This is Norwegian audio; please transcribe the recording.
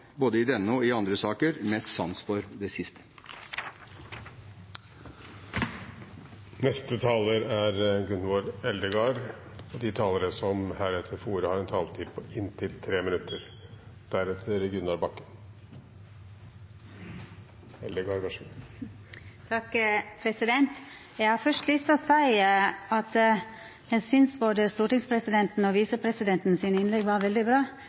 både i denne og i andre saker mest sans for det siste. De talere som heretter får ordet, har en taletid på inntil 3 minutter. Eg har først lyst til å seia at eg synest både stortingspresidenten og visepresidenten sine innlegg var veldig bra.